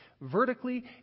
vertically